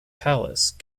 palace